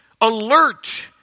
alert